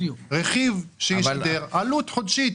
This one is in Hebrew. רכיב שישדר עלות חודשית,